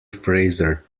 fraser